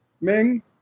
Ming